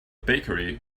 bakery